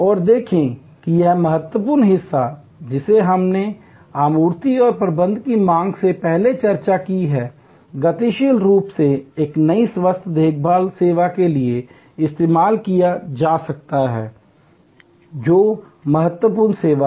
और देखें कि यह महत्वपूर्ण हिस्सा जिसे हमने आपूर्ति और प्रबंधन की मांग से पहले चर्चा की है गतिशील रूप से एक नई स्वास्थ्य देखभाल सेवा के लिए इस्तेमाल किया जा सकता है जो महत्वपूर्ण सेवा है